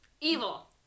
Evil